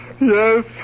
yes